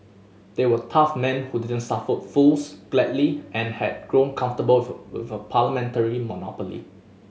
they were tough men who didn't suffer fools gladly and had grown comfortable with with a parliamentary monopoly